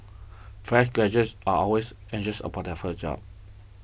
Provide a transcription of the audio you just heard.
fresh graduates are always anxious about their first job